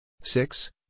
six